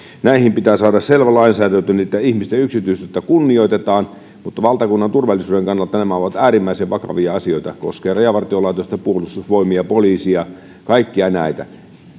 näihin pitää saada selvä lainsäädäntö niin että ihmisten yksityisyyttä kunnioitetaan nämä ovat valtakunnan turvallisuuden kannalta äärimmäisen vakavia asioita ne koskevat rajavartiolaitosta puolustusvoimia poliisia kaikkia näitä